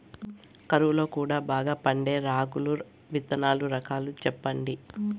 కరువు లో కూడా బాగా పండే రాగులు విత్తనాలు రకాలు చెప్పండి?